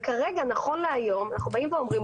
וכרגע נכון להיום אנחנו באים ואומרים,